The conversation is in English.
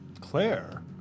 Claire